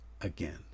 again